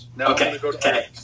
Okay